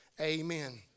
Amen